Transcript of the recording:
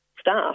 staff